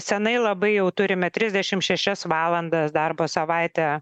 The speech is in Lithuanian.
senai labai jau turime trisdešim šešias valandas darbo savaitę